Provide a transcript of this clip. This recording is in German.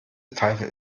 pfeife